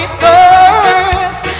first